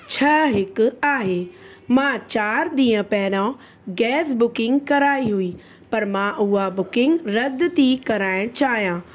छह हिकु आहे मां चारि ॾींहं पहिरियों गैस बुकिंग कराई हुई पर मां उहा बुकिंग रद्द थी कराइण चाहियां